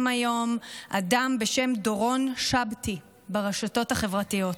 היום אדם בשם דורון שבתאי ברשתות החברתיות.